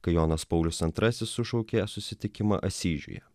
kai jonas paulius antrasis sušaukė susitikimą asyžiuje